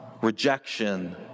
rejection